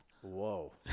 Whoa